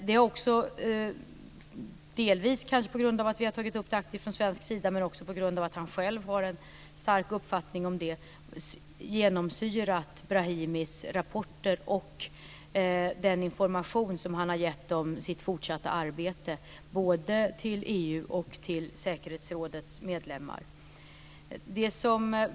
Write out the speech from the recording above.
Detta har också - delvis kanske på grund av att vi aktivt tagit upp det från svensk sida men också på grund av att Brahimi själv har en stark uppfattning om det - genomsyrat Brahimis rapporter och den information som han gett om sitt fortsatta arbete både till EU och till säkerhetsrådets medlemmar.